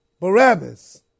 Barabbas